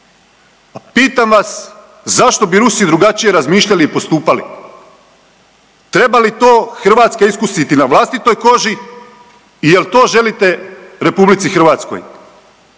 A pitam vas, zašto bi Rusi drugačije razmišljali i postupali? Treba li to Hrvatska iskusiti na vlastitoj koži i jel to želite RH?